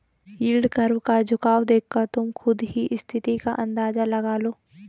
yield curve का झुकाव देखकर तुम खुद ही स्थिति का अंदाजा लगा लो